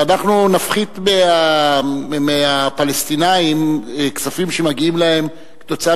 שאנחנו נפחית מהפלסטינים כספים שמגיעים להם כתוצאה